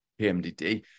pmdd